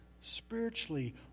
spiritually